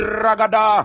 ragada